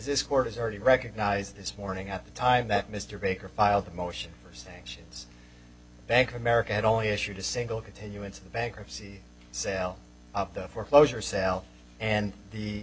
this court has already recognized this morning at the time that mr baker filed a motion for sanctions bank of america had only issued a single continuance of the bankruptcy sale of the foreclosure sale and the